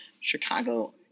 Chicago